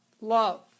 love